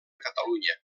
catalunya